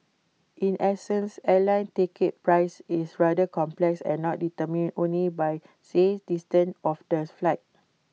in essence airline ticket price is rather complex and not determined only by say distance of the flight